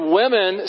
women